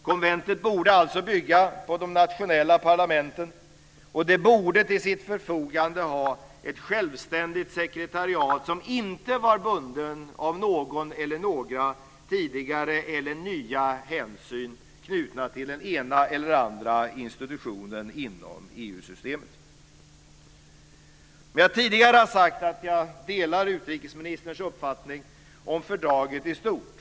Konventet borde alltså bygga på de nationella parlamenten och det borde till sitt förfogande ha ett självständigt sekretariat som inte var bundet till någon eller några tidigare eller nya hänsyn knutna till den ena eller andra institutionen inom EU-systemet. Jag har tidigare sagt att jag delar utrikesministerns uppfattning om fördraget i stort.